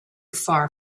far